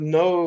no